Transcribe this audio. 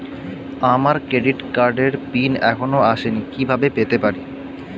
আমার ক্রেডিট কার্ডের পিন এখনো আসেনি কিভাবে পেতে পারি?